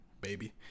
baby